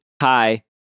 Hi